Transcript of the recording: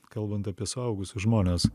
kalbant apie suaugusius žmones